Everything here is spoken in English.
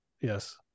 Yes